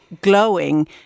glowing